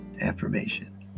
affirmation